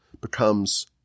becomes